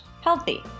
healthy